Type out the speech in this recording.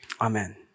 Amen